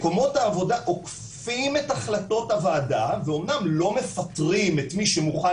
מקומות העבודה אוכפים את החלטות הועדה ואמנם לא מפטרים את מי שמוכן